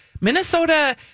minnesota